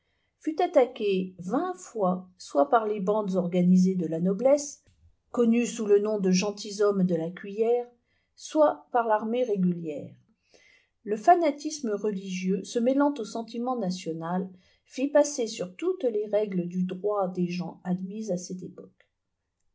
fut attaquée vingt fois soit par les bandes organisées de la noblesse connues sous le nom de gentilshommes de la cuiller soit par l'armée régulière le fanatisme religieux se mêlant au sentiment national fit passer sur toutes les règles du droit des gens admises à cette époque